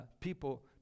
people